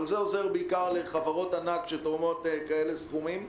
אבל זה עוזר בעיקר לחברות ענק שתורמות כאלה סכומים.